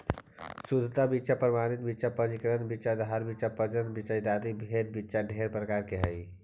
शुद्ध बीच्चा प्रमाणित बीच्चा पंजीकृत बीच्चा आधार बीच्चा प्रजनन बीच्चा इत्यादि भेद से बीच्चा ढेर प्रकार के हई